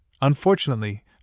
unfortunately